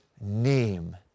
name